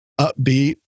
upbeat